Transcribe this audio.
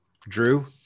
drew